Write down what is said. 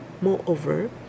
Moreover